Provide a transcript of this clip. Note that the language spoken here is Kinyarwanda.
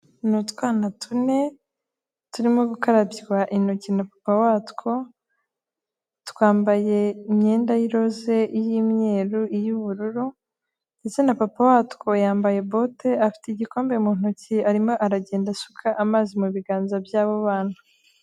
Ni utwana tune turimo gukarabywa intoki na papa watwo, twambaye imyenda y'iroze, iy'imyeru, iy'ubururu, ndetse na papa watwo yambaye bote afite igikombe mu ntoki arimo aragenda asuka amazi mu biganza by'abo bana.